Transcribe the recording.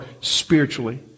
spiritually